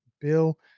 Bill